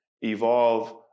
evolve